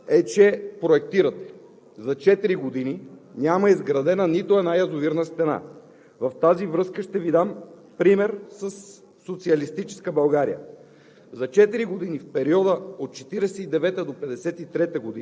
Общо взето това, което казвате Вие във Вашите отговори е, че проектирате. За четири години няма изградена нито една язовирна стена. В тази връзка ще Ви дам пример със социалистическа България.